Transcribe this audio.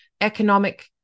economic